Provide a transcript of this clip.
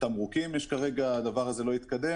גם בתמרוקים, אבל הדבר הזה כרגע לא התקדם.